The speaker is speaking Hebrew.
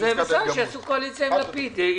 לא יהיה, בסדר שיעשו קואליציה עם לפיד.